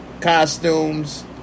costumes